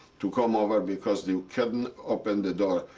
to come over because you couldn't open the door.